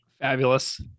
Fabulous